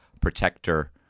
protector